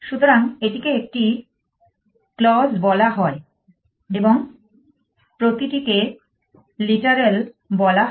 সুতরাং এটিকে একটি ক্লজ বলা হয় এবং প্রতিটিকে লিটারাল বলা হয়